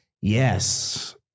Yes